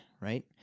right